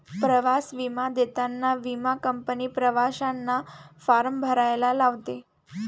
प्रवास विमा देताना विमा कंपनी प्रवाशांना फॉर्म भरायला लावते